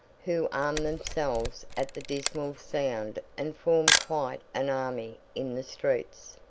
who armed themselves at the dismal sound and formed quite an army in the streets.